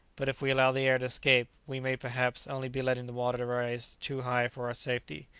but if we allow the air to escape, we may perhaps only be letting the water rise too high for our safety.